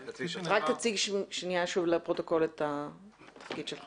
רק תציג שוב לפרוטוקול את התפקיד שלך.